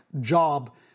job